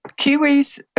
Kiwis